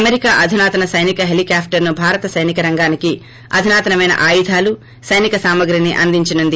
America అదునాతన సైనిక హిలీకాప్లర్ను భారత్ సైనిక రంగానికి ఆధునాతనమైన సైనిక సామాగ్రిని అందించనుంది